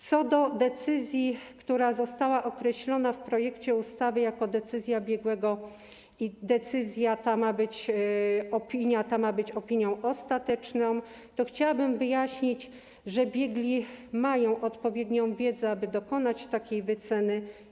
Co do decyzji, która została określona w projekcie ustawy jako decyzja biegłego - opinia ta ma być opinią ostateczną - to chciałabym wyjaśnić, że biegli mają odpowiednią wiedzę, aby dokonać takiej wyceny.